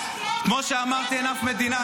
יש --- כמו שאמרתי, אין אף מדינה.